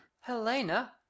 Helena